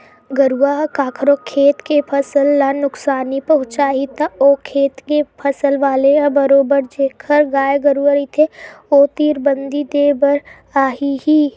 गरुवा ह कखरो खेत के फसल ल नुकसानी पहुँचाही त ओ खेत के फसल वाले ह बरोबर जेखर गाय गरुवा रहिथे ओ तीर बदी देय बर आही ही